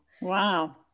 Wow